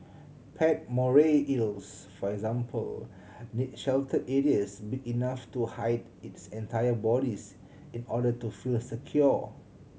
pet moray eels for example need sheltered areas big enough to hide its entire bodies in order to feel secure